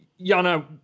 Yana